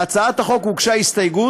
להצעת החוק הוגשה הסתייגות.